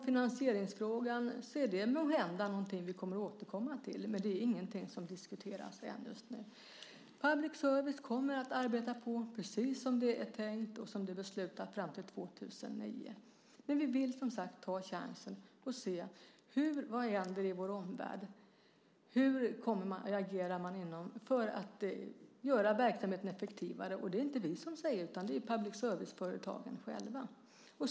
Finansieringsfrågan är måhända någonting som vi kommer att återkomma till, men det är ingenting som diskuteras just nu. Public service kommer att arbeta på, precis som det är tänkt och som det är beslutat, fram till år 2009. Men vi vill, som sagt, ta chansen och se vad som händer i vår omvärld. Hur reagerar man för att göra verksamheten effektivare? Det är inte vi som säger det, utan det säger public service-företagen själva.